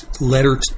letter